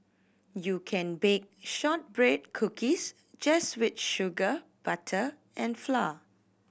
you can bake shortbread cookies just with sugar butter and flour